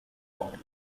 bond